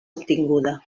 obtinguda